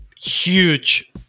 huge